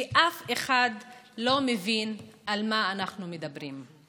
ואף אחד לא מבין על מה אנחנו מדברים.